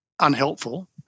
unhelpful